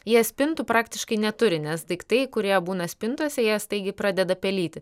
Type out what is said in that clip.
jie spintų praktiškai neturi nes daiktai kurie būna spintose jie staigiai pradeda pelyti